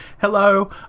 hello